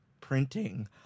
printing